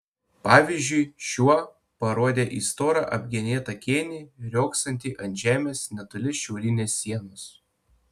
pavyzdžiui šiuo parodė į storą apgenėtą kėnį riogsantį ant žemės netoli šiaurinės sienos